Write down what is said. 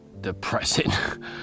depressing